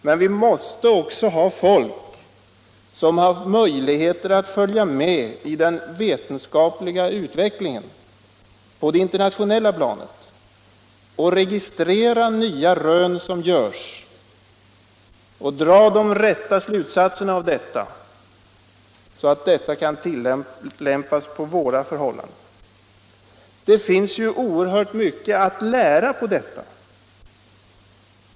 Men vi måste också ha folk som ges möjlighet att följa med i den vetenskapliga utvecklingen på det internationella planet, registrera nya rön och dra rätta slutsatser av allt detta, så att erfarenheterna kan tillämpas på våra förhållanden. Det finns oerhört mycket att lära på det här området.